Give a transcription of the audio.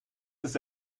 ist